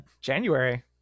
january